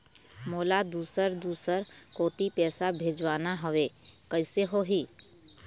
मोला दुसर दूसर कोती पैसा भेजवाना हवे, कइसे होही?